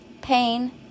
pain